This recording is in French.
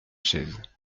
chaise